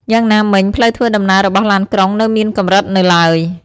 យ៉ាងណាមិញ ផ្លូវធ្វើដំណើររបស់ឡានក្រុងនៅមានកម្រិតនៅឡើយ។